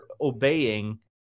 obeying